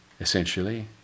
Essentially